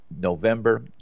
november